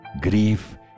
grief